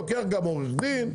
לוקח עורך-דין,